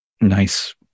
Nice